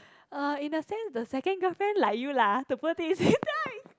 uh in a sense the second girlfriend like you lah the poor thing